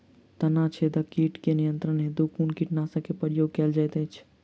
तना छेदक कीट केँ नियंत्रण हेतु कुन कीटनासक केँ प्रयोग कैल जाइत अछि?